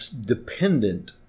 dependent